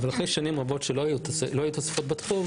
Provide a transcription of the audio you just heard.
אבל אחרי שנים רבות שבהן לא היו תוספות בתחום,